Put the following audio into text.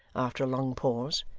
after a long pause.